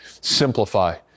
simplify